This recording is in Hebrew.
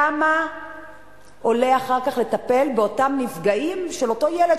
כמה עולה אחר כך לטפל באותם נפגעים של אותו ילד,